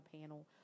panel